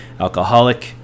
alcoholic